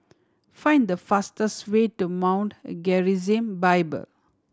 find the fastest way to Mount Gerizim Bible